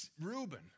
Reuben